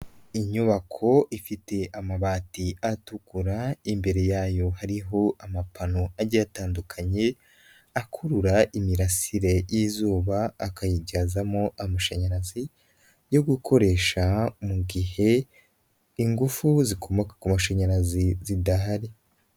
Inyubako ifite amabati atukura imbere yayo hariho amapino agiye atandukanye akurura imirasire y'izuba akayigezamo amashanyarazi yo gukoresha mugihe ingufu zikomoka ku mashanyarazi zidahari.